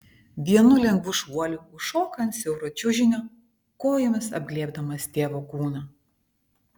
vienu lengvu šuoliu užšoka ant siauro čiužinio kojomis apglėbdamas tėvo kūną